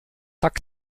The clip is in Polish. tak